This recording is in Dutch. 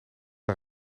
een